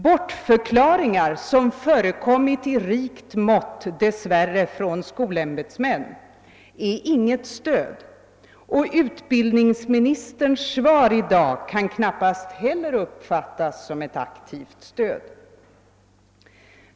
Bortförklaringar som förekommit i rikt mått, dess värre från skolämbetsmän, är inget stöd, och utbildningsministerns svar i dag kan knappast heller uppfattas som ett aktivt stöd.